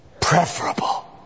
preferable